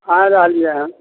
आइ रहलियै हन